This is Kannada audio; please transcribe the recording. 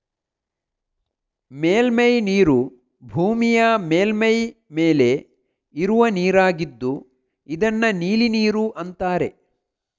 ಮೇಲ್ಮೈ ನೀರು ಭೂಮಿಯ ಮೇಲ್ಮೈ ಮೇಲೆ ಇರುವ ನೀರಾಗಿದ್ದು ಇದನ್ನ ನೀಲಿ ನೀರು ಅಂತಾರೆ